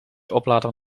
oplader